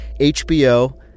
HBO